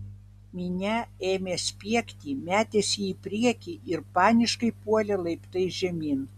minia ėmė spiegti metėsi į priekį ir paniškai puolė laiptais žemyn